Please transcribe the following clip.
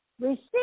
receive